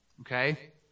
okay